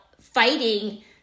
fighting